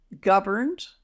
governed